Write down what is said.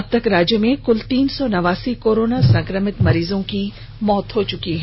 अबतक राज्य में कुल तीन सौ नवासी कोरोना संक्रमित मरीजों की मौत हो चुकी है